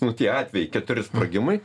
nu tie atvejai keturi sprogimai